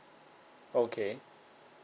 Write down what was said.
okay